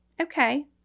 Okay